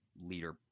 leader